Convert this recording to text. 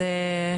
חודש טוב לכולם.